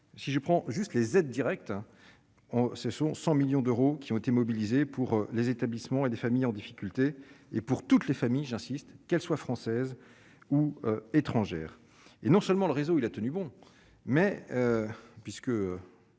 si je prends juste les aides directes, ce sont 100 millions d'euros qui ont été mobilisés pour les établissements et des familles en difficulté et pour toutes les familles, j'insiste, qu'elles soient françaises ou étrangères et non seulement le réseau, il a tenu bon, mais